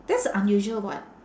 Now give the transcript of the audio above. that's unusual [what]